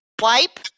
wipe